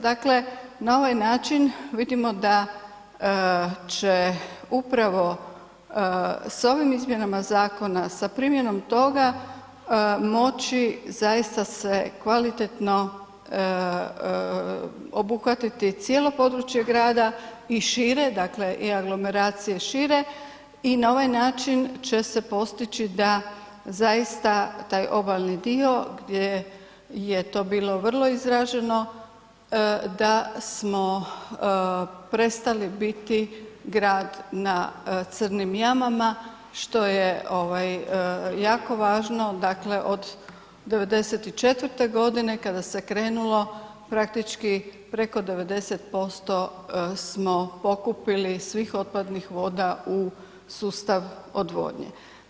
Dakle na ovaj način vidimo da će upravo s ovim izmjenama zakona, sa primjenom toga, moći zaista se kvalitetno obuhvatiti cijelo područje grada i šire, dakle i aglomeracije šire i na ovaj način će se postići da zaista taj obalni dio gdje je to bilo vrlo izraženo, da smo prestali biti grad na crnim jamama što je jako važno, dakle od '94. g. kada se krenulo, praktički preko 90% smo pokupili svih otpadnih voda u sustav odvodnje.